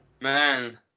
Man